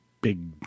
big